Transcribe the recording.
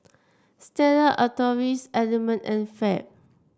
Stella Artois Element and Fab